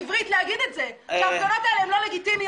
בעברית להגיד את זה שההפגנות האלה הן לא לגיטימיות,